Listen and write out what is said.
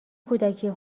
کودکی